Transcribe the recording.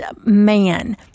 man